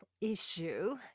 issue